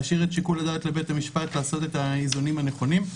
היא צריכה להשאיר את שיקול הדעת לבית המשפט לעשות את האיזונים הנכונים,